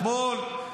תגיע לחוק הפסילה.